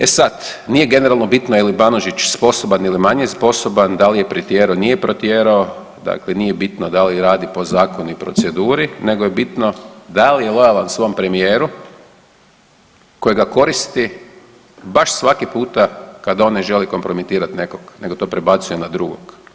E sad, nije generalno bitno je li Banožić sposoban ili manje sposoban, da li je pretjerao, nije pretjerao, dakle nije bitno da li radi po zakonu i proceduri, nego je bitno da li je lojalan svom premijeru koji ga koristi baš svaki puta kad on ne želi kompromitirat nekog nego to prebacuje na drugog.